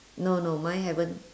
no no mine haven't